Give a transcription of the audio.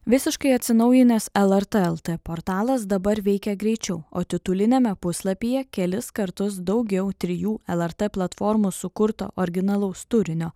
visiškai atsinaujinęs lrt lt portalas dabar veikia greičiau o tituliniame puslapyje kelis kartus daugiau trijų lrt platformos sukurto originalaus turinio